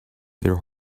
their